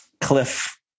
cliff